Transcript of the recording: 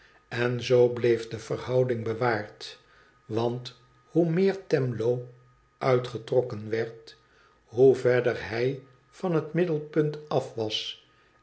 en zoo bleef de verhouding bewaard want hoe meer twemlow uitgetrokken werd hoe verder hij van het middelpunt af